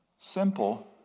Simple